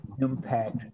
impact